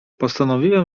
postanowiłem